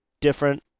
different